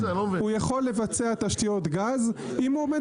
הוא יכול לבצע תשתיות גז אם הוא עומד